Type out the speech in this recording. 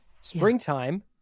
Springtime